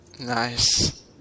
Nice